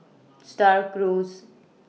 STAR Cruise